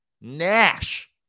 Nash